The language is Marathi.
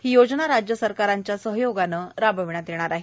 ही योजना राज्यसरकारांच्या सहयोगाने राबवण्यात येणार आहे